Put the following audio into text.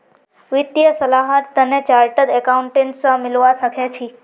वित्तीय सलाहर तने चार्टर्ड अकाउंटेंट स मिलवा सखे छि